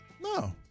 No